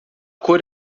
cor